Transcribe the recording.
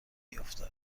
افتد